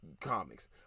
Comics